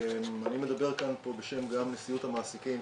אני מדבר פה גם בשם נשיאות המעסיקים,